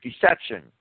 deception